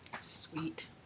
Sweet